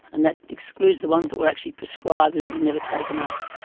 and that excludes the ones that were actually prescribed and were never taken up.